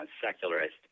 Secularist